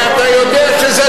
אתה יודע שאתה פוגע,